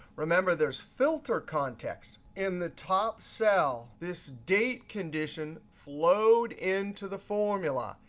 remember, there's filter context. in the top cell, this date condition flowed into the formula.